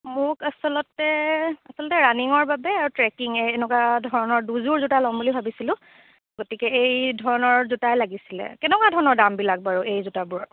মোক আছলতে আছলতে ৰাণিঙৰ বাবে আৰু ট্ৰেকিং এনেকুৱা ধৰণৰ দুযোৰ জোতা ল'ম বুলি ভাবিছিলোঁ গতিকে এই ধৰণৰ জোতাই লাগিছিলে কেনেকুৱা ধৰণৰ দামবিলাক বাৰু এই জোতাবোৰৰ